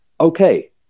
okay